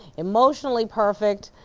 emotionally perfect,